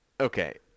Okay